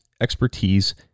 expertise